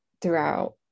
throughout